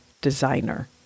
designer